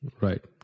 Right